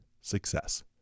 success